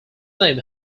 name